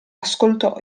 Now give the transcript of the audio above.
ascoltò